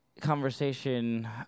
conversation